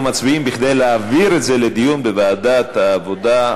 אנחנו מצביעים כדי להעביר את זה לדיון בוועדת העבודה,